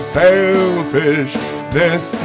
selfishness